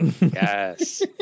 Yes